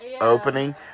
opening